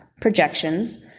projections